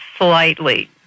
Slightly